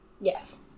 Yes